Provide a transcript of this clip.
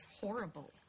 horrible